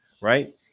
Right